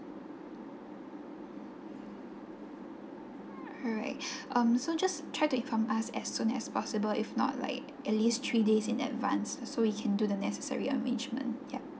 alright um so just try to inform us as soon as possible if not like at least three days in advance so we can do the necessary arrangement yup